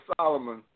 Solomon